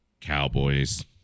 Cowboys